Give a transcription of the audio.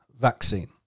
vaccine